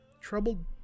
troubled